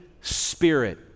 Spirit